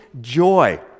joy